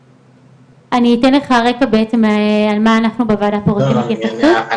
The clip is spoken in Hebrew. איך אנחנו יכולים לפתור את הנושא.